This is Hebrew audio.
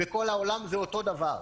בכל העולם זה אותו דבר.